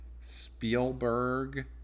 Spielberg